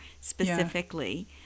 specifically –